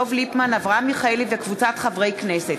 דב ליפמן ואברהם מיכאלי וקבוצת חברי הכנסת.